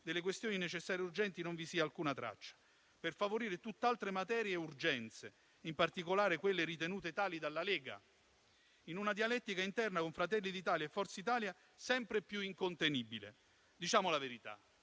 delle questioni necessarie e urgenti non vi sia alcuna traccia, per favorire tutt'altre materie e urgenze, in particolare quelle ritenute tali dalla Lega, in una dialettica interna con Fratelli d'Italia e Forza Italia sempre più incontenibile. Diciamo la verità: